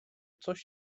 coś